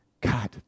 God